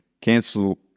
cancel